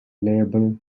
label